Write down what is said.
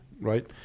right